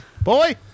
Boy